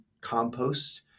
compost